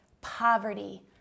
poverty